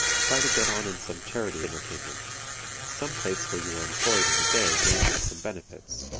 try to get on in some charity entertainment some place where you are employed in the day may have some benefits.